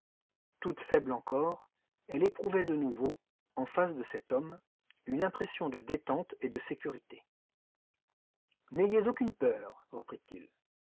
toute faible encore elle éprouvait de nouveau en face de cet homme une impression de détente et de sécurité n'ayez aucune peur